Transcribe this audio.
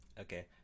Okay